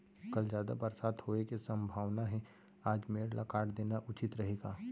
कल जादा बरसात होये के सम्भावना हे, आज मेड़ ल काट देना उचित रही का?